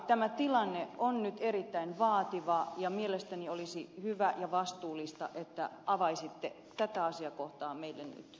tämä tilanne on nyt erittäin vaativa ja mielestäni olisi hyvä ja vastuullista että avaisitte tätä asiakohtaa meille nyt tänään